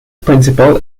principal